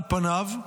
על פניו,